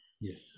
Yes